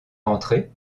rentrer